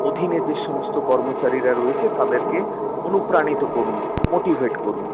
অধীনে যে সমস্ত কর্মচারীরা রয়েছে তাদেরকে অনুপ্রাণিত করুন মোটিভেট করুন